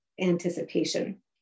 anticipation